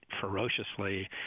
ferociously